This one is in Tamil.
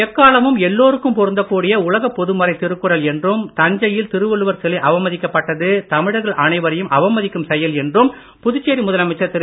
எக்காலமும் எல்லோருக்கும் பொருந்தக் கூடிய உலகப் பொதுமறை திருக்குறள் என்றும் தஞ்சையில் திருவள்ளுவர் சிலை அவமதிக்கப் பட்டது தமிழர்கள் அனைவரையும் அவமதிக்கும் செயல் என்றும் புதுச்சேரி முதலமைச்சர் திரு